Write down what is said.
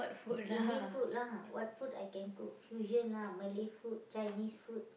Indian food lah what food I can cook fusion lah Malay food Chinese food